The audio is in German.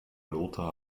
lothar